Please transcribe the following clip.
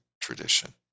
tradition